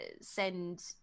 send